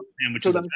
sandwiches